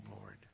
Lord